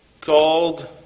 called